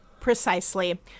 Precisely